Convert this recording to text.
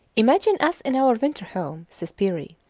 imagine us in our winter home, says peary,